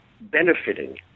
benefiting